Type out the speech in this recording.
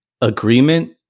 agreement